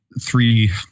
three